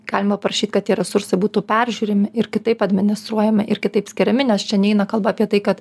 galima prašyt kad tie resursai būtų peržiūrimi ir kitaip administruojami ir kitaip skiriami nes čia neina kalba apie tai kad